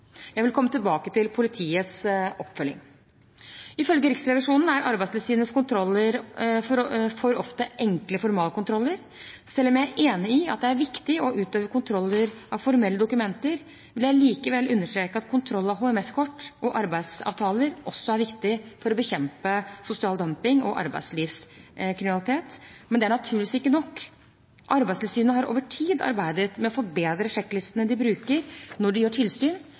Jeg vil komme tilbake til politiets oppfølging. Ifølge Riksrevisjonen er Arbeidstilsynets kontroller for ofte enkle formalkontroller. Selv om jeg er enig i at det er viktig å gå utover kontroller av formelle dokumenter, vil jeg understreke at kontroll av HMS-kort og arbeidsavtaler også er viktig for å bekjempe sosial dumping og arbeidslivskriminalitet. Men det er naturligvis ikke nok. Arbeidstilsynet har over tid arbeidet med å forbedre sjekklistene de bruker når de gjør tilsyn.